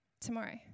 tomorrow